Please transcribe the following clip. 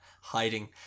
hiding